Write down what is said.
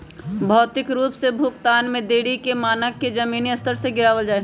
भौतिक रूप से भुगतान में देरी के मानक के जमीनी स्तर से गिरावल जा हई